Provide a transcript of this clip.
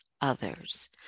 others